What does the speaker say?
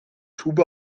tube